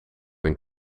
een